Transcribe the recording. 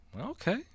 Okay